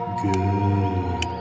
good